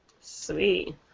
Sweet